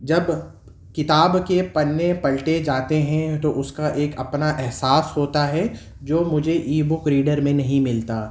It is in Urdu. جب کتاب کے پنے پلٹے جاتے ہیں تو اس کا ایک اپنا احساس ہوتا ہے جو مجھے ای بک ریڈر میں نہیں ملتا